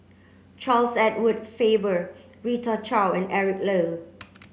Charles Edward Faber Rita Chao and Eric Low